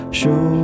show